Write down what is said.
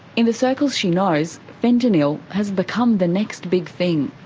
in the circles she knows, fentanyl has become the next big thing.